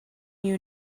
new